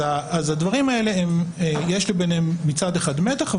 אז בין הדברים האלה יש מצד אחד מתח,